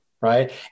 Right